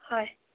হয়